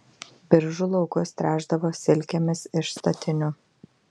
biržų laukus tręšdavo silkėmis iš statinių